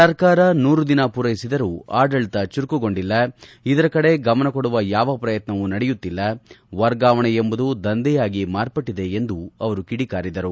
ಸರ್ಕಾರ ನೂರು ದಿನ ಪೂರೈಸಿದರೂ ಆಡಳಿತ ಚುರುಕುಗೊಂಡಿಲ್ಲ ಇದರ ಕಡೆ ಗಮನ ಕೊಡುವ ಯಾವ ಪ್ರಯತ್ನವೂ ನಡೆಯುತ್ತಿಲ್ಲ ವರ್ಗಾವಣೆ ಎಂಬುದು ದಂಧೆಯಾಗಿ ಮಾರ್ಪಟ್ಟದೆ ಎಂದು ಅವರು ಟೀಕಿಸಿದರು